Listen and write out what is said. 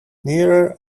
nearer